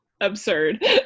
absurd